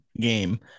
game